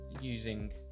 using